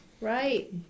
Right